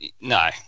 No